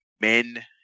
men